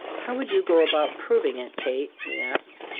how would you go about proving it, kate? he asked.